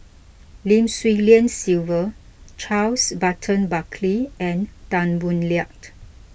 Lim Swee Lian Sylvia Charles Burton Buckley and Tan Boo Liat